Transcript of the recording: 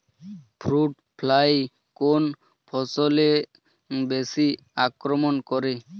Fruit fly কোন ফসলে বেশি আক্রমন করে?